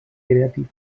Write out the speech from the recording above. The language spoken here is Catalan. creative